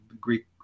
Greek